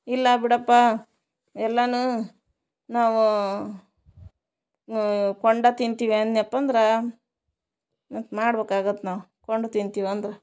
ಇಲ್ಲ ಬಿಡಪ್ಪ ಎಲ್ಲನೂ ನಾವು ಕೊಂಡೇ ತಿಂತೀವಿ ಅಂದ್ನ್ಯಪ್ಪ ಅಂದ್ರೆ ಮತ್ತೆ ಮಾಡ್ಬೇಕಾಗತ್ತೆ ನಾವು ಕೊಂಡು ತಿಂತೀವಿ ಅಂದ್ರೆ